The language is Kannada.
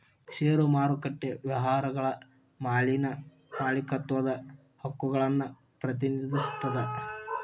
ಷೇರು ಮಾರುಕಟ್ಟೆ ವ್ಯವಹಾರಗಳ ಮ್ಯಾಲಿನ ಮಾಲೇಕತ್ವದ ಹಕ್ಕುಗಳನ್ನ ಪ್ರತಿನಿಧಿಸ್ತದ